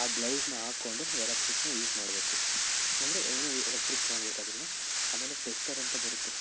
ಆ ಗ್ಲೌಸ್ನ ಹಾಕ್ಕೊಂಡು ನಾವು ಎಲೆಕ್ಟ್ರಿಕ್ನ ಯೂಸ್ ಮಾಡಬೇಕು ಅಂದರೆ ಏನೇ ಎಲೆಕ್ಟ್ರಿಕ್ ಮಾಡಬೇಕಾದ್ರೂ ಆಮೇಲೆ ಟೆಸ್ಟರ್ ಅಂತ ಬರುತ್ತೆ